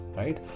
right